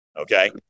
Okay